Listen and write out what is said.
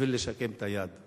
לשקם את היד.